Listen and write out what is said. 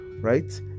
Right